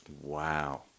wow